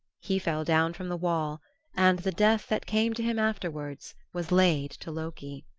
he fell down from the wall and the death that came to him afterwards was laid to loki.